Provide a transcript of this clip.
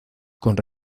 con